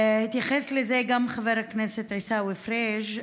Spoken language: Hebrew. התייחס לזה גם חבר הכנסת עיסאווי פריג'.